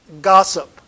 gossip